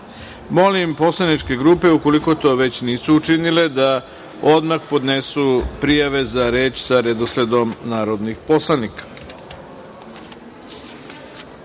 grupe. Molim poslaničke grupe, ukoliko to već nisu učinile, da odmah podnesu prijave za reč sa redosledom narodnih poslanika. Saglasno